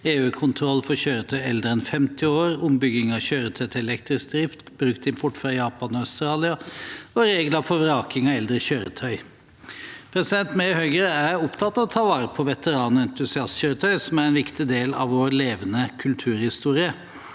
EU-kontroll for kjøretøy eldre enn 50 år, ombygging av kjøretøy til elektrisk drift, bruktimport fra Japan og Australia og regler for vraking av eldre kjøretøy. Vi i Høyre er opptatt av å ta vare på veteran- og entusiastkjøretøy, som er en viktig del av vår levende kulturhistorie.